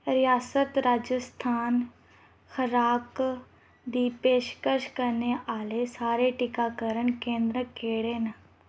रियासत राजस्थान खराक दी पेशकश करने आह्ले सारे टीकाकरण केंदर केह्ड़े न